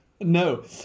No